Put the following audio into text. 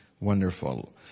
Wonderful